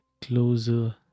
closer